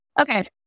Okay